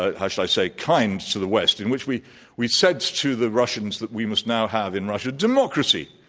ah how shall i say, kind, to the west, in which we we said to the russians that, we must now have in russia democracy,